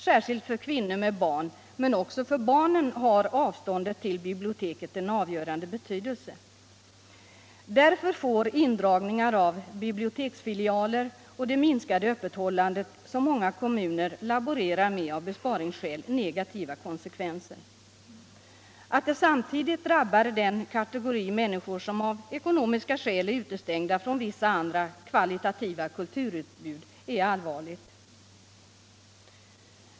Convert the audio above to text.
Särskilt för kvinnor med barn men också för barnen har avståndet till biblioteket en avgörande betydelse. Därför får indragningar av biblioteksfilialer och det minskade öppethållandet, som många kommuner laborerar med av besparingsskäl, negativa konsekvenser. Att det samtidigt drabbar den kategori människor som av ekonomiska skäl är utestängda från vissa andra kvalitativa kulturutbud är allvarligt.